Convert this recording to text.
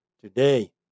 Today